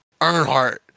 Earnhardt